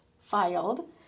filed